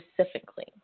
specifically